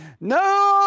No